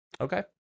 okay